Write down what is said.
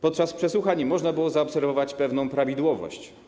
Podczas przesłuchań można było zaobserwować pewną prawidłowość.